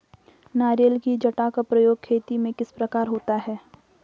नारियल की जटा का प्रयोग खेती में किस प्रकार होता है?